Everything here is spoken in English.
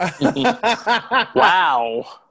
wow